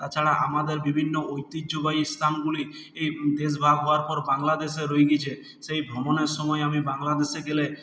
তাছাড়া আমাদের বিভিন্ন ঐতিহ্যবাহী স্থানগুলি এই দেশভাগ হওয়ার পর বাংলাদেশে রয়ে গিয়েছে সেই ভ্রমণের সময়ে আমি বাংলাদেশে গেলে